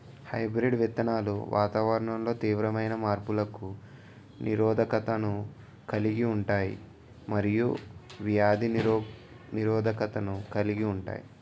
hybrid విత్తనాలు వాతావరణంలో తీవ్రమైన మార్పులకు నిరోధకతను కలిగి ఉంటాయి మరియు వ్యాధి నిరోధకతను కలిగి ఉంటాయి